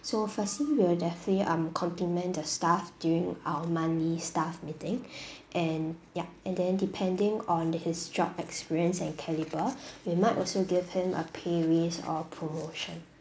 so firstly we will definitely um compliment the staff during our monthly staff meeting and yup and then depending on his job experience and caliber we might also give him a pay raise or promotion